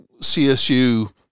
CSU